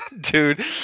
dude